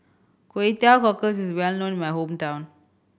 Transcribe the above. Kway Teow Cockles is well known in my hometown